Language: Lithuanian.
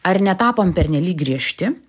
ar netapom pernelyg griežti